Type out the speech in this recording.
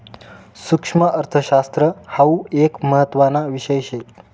सुक्ष्मअर्थशास्त्र हाउ एक महत्त्वाना विषय शे